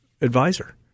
advisor